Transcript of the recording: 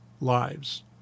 lives